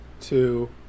two